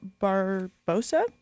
Barbosa